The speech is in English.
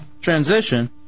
transition